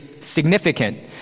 significant